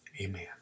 amen